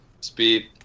speed